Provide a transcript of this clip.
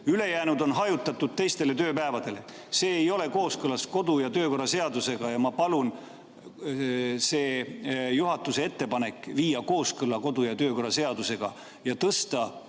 Ülejäänud on hajutatud teistele tööpäevadele. See ei ole kooskõlas kodu- ja töökorra seadusega. Ma palun see juhatuse ettepanek viia kooskõlla kodu- ja töökorra seadusega ja tõsta